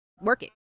working